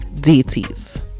deities